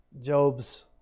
Job's